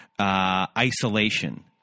isolation